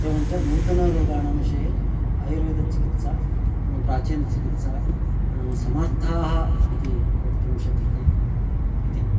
एवञ्च नूतनरोगाणां विषये आयुर्वेदचिकित्सा प्राचीनचिकित्सा समर्थाः इति वक्तुं शक्यते इति